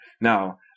Now